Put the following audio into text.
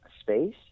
space